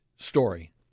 story